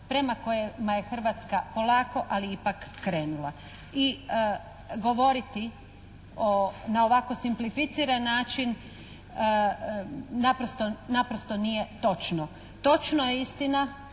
prema kojima je Hrvatska polako ali ipak krenula. I govoriti na ovako simplificiran način naprosto nije točno. Točno je istina,